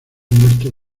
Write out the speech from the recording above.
muerto